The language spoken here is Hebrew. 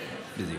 בדיוק.